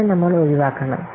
ഇതിനെ നമ്മൾ ഒഴിവാക്കണം